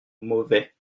mauvais